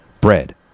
bread